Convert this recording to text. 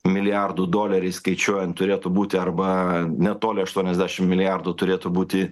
milijardų doleriais skaičiuojant turėtų būti arba netoli aštuoniasdešim milijardų turėtų būti